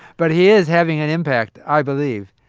but he is having an impact, i believe.